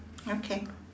okay